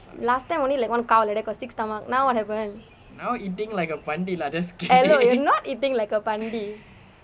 last time only like one cow like that got six stomach now what happen hello you are not eating like a பண்ணி:panni